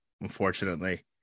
unfortunately